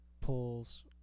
pulls